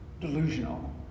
delusional